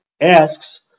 asks